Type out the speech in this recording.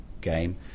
game